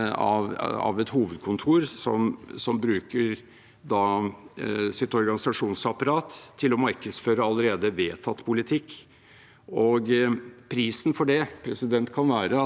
Prisen å betale for det kan være at nye strømninger nedenfra ikke fanges så godt opp av de partiene som har vent seg til å arbeide på den måten.